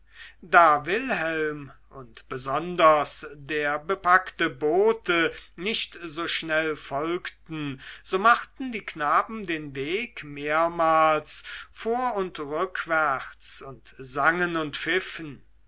da wilhelm und besonders der bepackte bote nicht so schnell folgten so machten die knaben den weg mehrmals vor und rückwärts und sangen und pfiffen